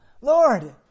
Lord